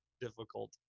difficult